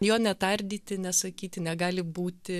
jo netardyti nesakyti negali būti